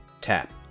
tap